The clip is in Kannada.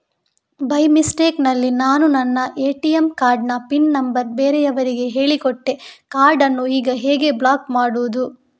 ಬೈ ಮಿಸ್ಟೇಕ್ ನಲ್ಲಿ ನಾನು ನನ್ನ ಎ.ಟಿ.ಎಂ ಕಾರ್ಡ್ ನ ಪಿನ್ ನಂಬರ್ ಬೇರೆಯವರಿಗೆ ಹೇಳಿಕೊಟ್ಟೆ ಕಾರ್ಡನ್ನು ಈಗ ಹೇಗೆ ಬ್ಲಾಕ್ ಮಾಡುವುದು?